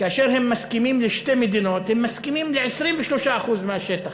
כאשר הם מסכימים לשתי מדינות הם מסכימים ל-23% מהשטח.